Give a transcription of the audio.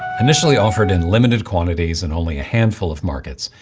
initially offered in limited quantities in only a handful of markets,